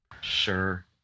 Sure